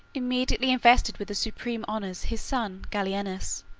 immediately invested with the supreme honors his son gallienus,